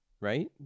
right